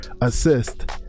assist